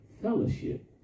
Fellowship